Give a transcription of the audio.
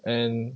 and